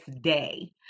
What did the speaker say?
day